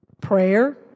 Prayer